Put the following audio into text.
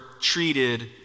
treated